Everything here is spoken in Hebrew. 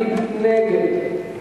מי נגד?